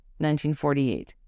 1948